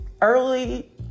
early